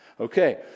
okay